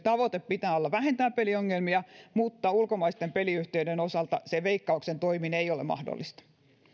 tavoitteen pitää olla vähentää peliongelmia mutta ulkomaisten peliyhtiöiden osalta se veikkauksen toimin ei ole mahdollista